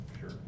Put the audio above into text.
Sure